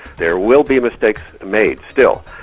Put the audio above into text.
there will be mistakes made, still,